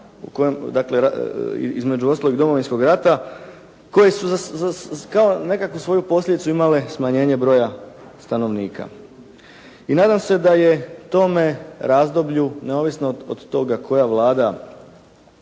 između ostalog i Domovinskog rata, koji su kao za nekakvu svoju posljedicu imale smanjenje broja stanovnika. I nadam se da je tome razdoblju neovisno od toga koja vlada